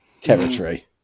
territory